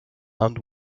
and